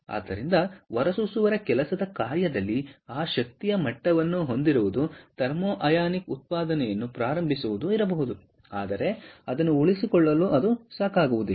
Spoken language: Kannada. ಆದ್ದರಿಂದ ಹೊರ ಸೂಸುವವರ ಕೆಲಸದ ಕಾರ್ಯದಲ್ಲಿ ಆ ಶಕ್ತಿಯ ಮಟ್ಟವನ್ನು ಹೊಂದಿರುವುದು ಥರ್ಮೋ ಅಯಾನಿಕ್ ಉತ್ಪಾದನೆಯನ್ನು ಪ್ರಾರಂಭಿಸುವುದು ಇರಬಹುದು ಆದರೆ ಅದನ್ನು ಉಳಿಸಿಕೊಳ್ಳಲು ಅದು ಸಾಕಾಗುವುದಿಲ್ಲ